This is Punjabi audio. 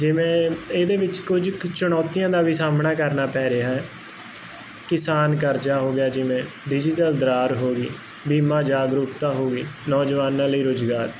ਜਿਵੇਂ ਇਹਦੇ ਵਿੱਚ ਕੁਝ ਕ ਚੁਣੌਤੀਆਂ ਦਾ ਵੀ ਸਾਹਮਣਾ ਕਰਨਾ ਪੈ ਰਿਹਾ ਹੈ ਕਿਸਾਨ ਕਰਜਾ ਹੋ ਗਿਆ ਜਿਵੇਂ ਡਿਜ਼ੀਟਲ ਦਰਾਰ ਹੋ ਗਈ ਬੀਮਾ ਜਾਗਰੂਕਤਾ ਹੋ ਗਈ ਨੌਜਵਾਨਾਂ ਲਈ ਰੁਜ਼ਗਾਰ